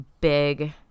big